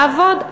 לעבוד,